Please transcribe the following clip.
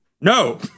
No